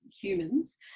humans